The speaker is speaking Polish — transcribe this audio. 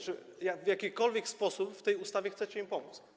Czy w jakikolwiek sposób w tej ustawie chcecie im pomóc?